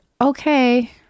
okay